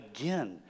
Again